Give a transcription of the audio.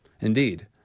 Indeed